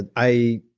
and i,